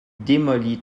démoli